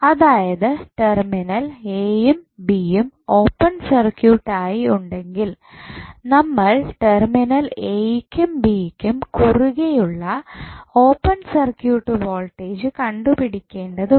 അതായത് terminal A യും B യും ഓപ്പൺ സർക്യൂട്ട് ആയി ഉണ്ടെങ്കിൽ നമ്മൾ ടെർമിനൽ എ ക്കും ബി യ്ക്കും കുറുകെയുള്ള ഓപ്പൺ സർക്യൂട്ട് വോൾട്ടേജ് കണ്ടുപിടിക്കേണ്ടത് ഉണ്ട്